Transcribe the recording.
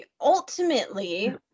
ultimately